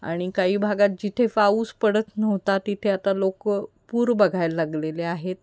आणि काही भागात जिथे पाऊस पडत नव्हता तिथे आता लोक पूर बघायला लागलेले आहेत